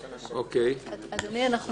איה, בבקשה.